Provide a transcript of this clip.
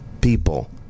people